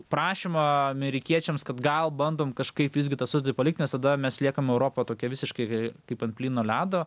prašymą amerikiečiams kad gal bandom kažkaip visgi tą sutartį palikt nes tada mes liekame europa tokia visiškai kai kaip ant plyno ledo